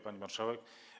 Pani Marszałek!